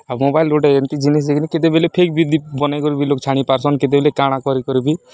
ଆଉ ମୋବାଇଲ୍ ଗୁଟେ ଏନ୍ତିି ଜିନିଷ୍ ଯେ କି ନି କେତେବେଲେ ଫେକ୍ ବି ବନେଇ କରି ବି ଲୋକ୍ ଛାଡ଼ି ପାର୍ସନ୍ କେତେବେଲେ କାଣା କରି କରି ବି